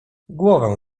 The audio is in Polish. głowę